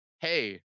Hey